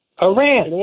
Iran